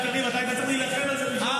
גלעד קריב, אתה היית צריך להילחם על זה ראשון.